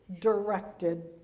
directed